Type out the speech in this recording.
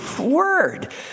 Word